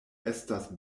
estas